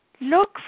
Look